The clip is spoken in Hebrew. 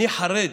אני חרד.